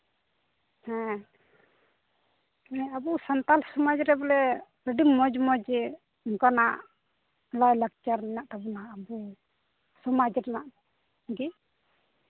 ᱦᱮᱸ ᱟᱵᱚ ᱥᱟᱱᱛᱟᱲ ᱥᱚᱢᱟᱡᱽ ᱨᱮ ᱵᱚᱞᱮ ᱟᱹᱰᱤ ᱢᱚᱡᱽ ᱢᱚᱡᱽ ᱚᱱᱠᱟᱱᱟᱜ ᱞᱟᱭᱼᱞᱟᱠᱪᱟᱨ ᱢᱮᱱᱟᱜ ᱛᱟᱵᱚᱱᱟ ᱟᱵᱚ ᱥᱚᱢᱟᱡᱽ ᱨᱮᱱᱟᱜ ᱜᱮ